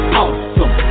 awesome